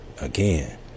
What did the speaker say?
again